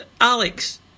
Alex